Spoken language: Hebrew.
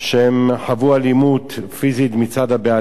שהן חוו אלימות פיזית מצד הבעלים.